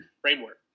framework